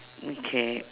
mm k